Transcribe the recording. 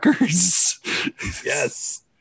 Yes